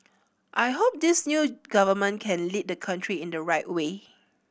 I hope this new government can lead the country in the right way